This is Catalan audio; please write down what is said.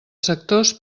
sectors